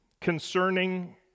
concerning